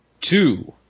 Two